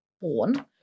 born